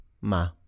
Ma